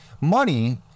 Money